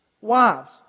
Wives